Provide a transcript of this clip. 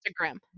Instagram